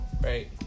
Right